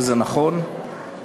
וזה נכון,